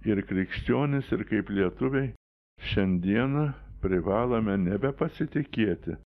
ir krikščionys ir kaip lietuviai šiandieną privalome nebepasitikėti